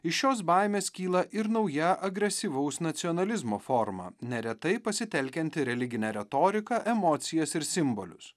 iš šios baimės kyla ir nauja agresyvaus nacionalizmo forma neretai pasitelkianti religinę retoriką emocijas ir simbolius